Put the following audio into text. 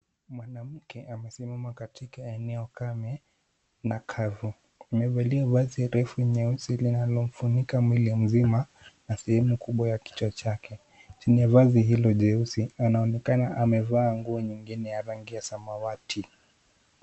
Mwanamke amesimama katika eneo kame na kavu. Amevalia vazi refu nyeusi linalomfunika mwili mzima na sehemu kubwa ya kichwa chake. Chini ya vazi hilo jeusi , anaonekana amevaa nguo nyingine ya rangi ya samawati.